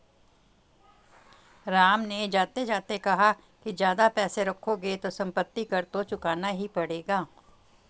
राम ने जाते जाते कहा कि ज्यादा पैसे रखोगे तो सम्पत्ति कर तो चुकाना ही पड़ेगा